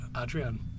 Adrian